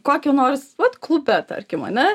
kokia nors vat klube tarkim ane